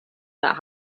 that